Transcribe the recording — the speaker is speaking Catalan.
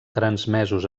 transmesos